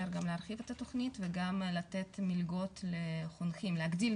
להרחיב את התכנית וגם לתת מילגות לחונכים,